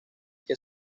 que